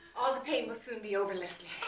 all the pain will soon be over leslie